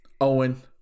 Owen